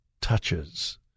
touches